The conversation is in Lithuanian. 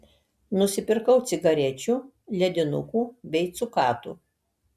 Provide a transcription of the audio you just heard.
nusipirkau cigarečių ledinukų bei cukatų